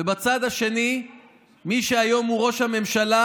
ובצד השני מי שהיום הוא ראש הממשלה,